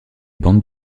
bandes